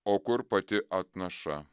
o kur pati atnaša